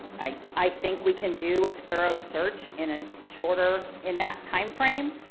i i think we can do a thorough search in a shorter, in that time frame.